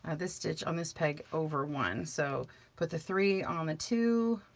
ah this stitch on this peg over one. so put the three on the two,